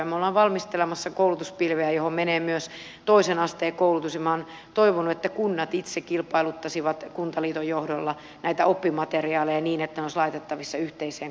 me olemme valmistelemassa koulutuspilveä johon menee myös toisen asteen koulutus ja minä olen toivonut että kunnat itse kilpailuttaisivat kuntaliiton johdolla näitä oppimateriaaleja niin että ne olisivat laitettavissa yhteiseen koulutuspilveen